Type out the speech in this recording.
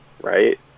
right